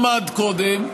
למד קודם,